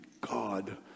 God